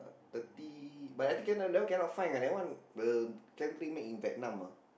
thirty but I think cannot that one cannot find ah that one the made in Vietnam ah